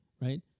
Right